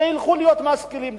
שיהיו משכילים.